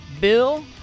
Bill